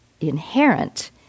inherent